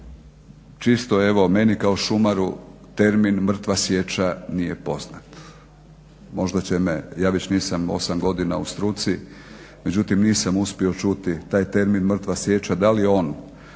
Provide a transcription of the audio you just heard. čisto evo meni kao šumaru termin mrtva sječa nije poznat, možda će me, ja već nisam 8 godina u struci, međutim nisam uspio čuti taj termin mrtva sječa, da li on